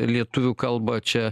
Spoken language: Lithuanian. lietuvių kalbą čia